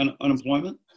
unemployment